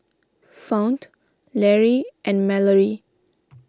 Fount Lary and Mallory